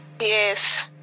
Yes